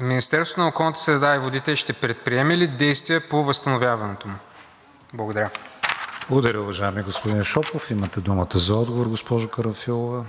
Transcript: Министерството на околната среда и водите ще предприеме ли действия по възстановяването му? ПРЕДСЕДАТЕЛ КРИСТИАН ВИГЕНИН: Благодаря, уважаеми господин Шопов. Имате думата за отговор, госпожо Карамфилова.